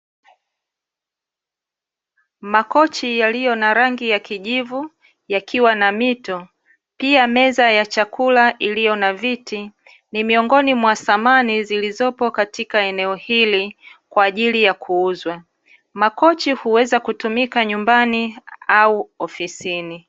Makochi yaliyo na rangi ya kijivu yakiwa na mito, pia meza ya chakula iliyo na viti ni miongoni mwa samani zilizopo eneo hili kwa ajili ya kuuzwa. Makochi huweza kutumika nyumbani au ofisini.